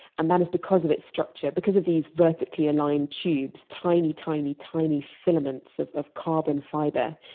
and that is because of its structure, because of these vertically aligned tubes tiny, tiny, tiny filaments of of carbon fiber.